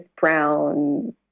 brown